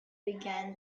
began